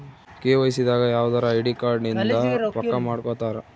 KYC ದಾಗ ಯವ್ದರ ID card ಇಂದ ಪಕ್ಕ ಮಾಡ್ಕೊತರ